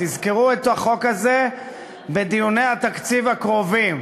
תזכרו את החוק הזה בדיוני התקציב הקרובים.